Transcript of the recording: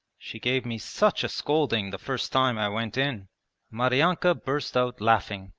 she gave me such a scolding the first time i went in maryanka burst out laughing.